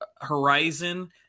Horizon